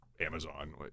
Amazon